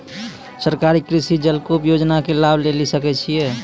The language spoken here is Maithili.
सरकारी कृषि जलकूप योजना के लाभ लेली सकै छिए?